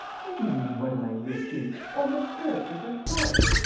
how do you mean, what am i risking? all my characters are false.